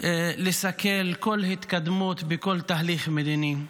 לסכל כל התקדמות בכל תהליך מדיני.